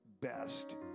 best